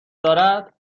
دارد، به